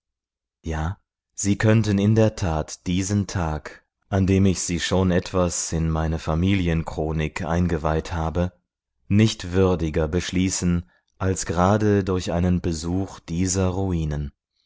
ja sie könnten in der tat diesen tag an dem ich sie schon etwas in meine familienchronik eingeweiht habe nicht würdiger beschließen als gerade durch einen besuch dieser ruinen